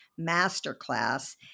Masterclass